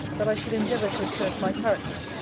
that i should endeavour to assert my character,